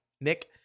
Nick